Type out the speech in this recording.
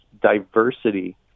diversity